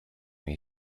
jej